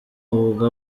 ubwo